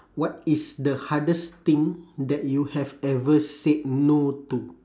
what is the hardest thing that you have ever said no to